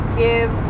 give